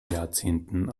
jahrzehnten